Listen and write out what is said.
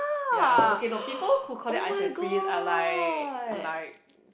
ya no okay no people who call it ice and freeze are like like